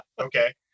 okay